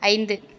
ஐந்து